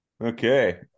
Okay